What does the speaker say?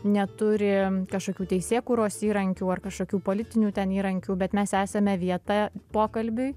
neturi kažkokių teisėkūros įrankių ar kažkokių politinių ten įrankių bet mes esame vieta pokalbiui